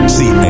See